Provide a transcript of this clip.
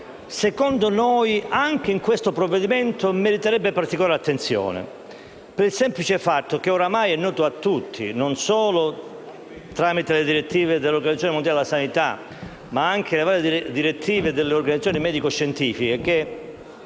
secondo noi anche in questo provvedimento meriterebbe particolare attenzione per il semplice fatto che ormai è noto a tutti, non solo per le direttive dell'Organizzazione mondiale della sanità ma anche per le direttive delle organizzazioni medico-scientifiche, da